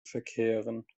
verkehren